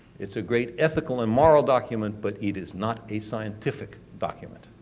it's a great ethical and moral document but it is not a scientific document.